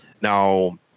now